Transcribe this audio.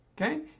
okay